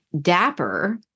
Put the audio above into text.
Dapper